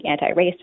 anti-racist